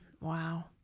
Wow